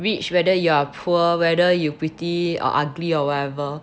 whether you are rich whether you are poor whether you pretty or ugly or whatever